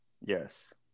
Yes